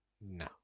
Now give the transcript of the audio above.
No